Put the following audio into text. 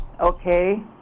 Okay